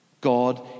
God